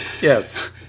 Yes